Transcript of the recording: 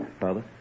Father